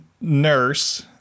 nurse